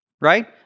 right